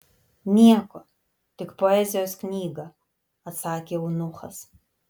nieko tik poezijos knygą atsakė eunuchas